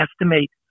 estimate